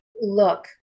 look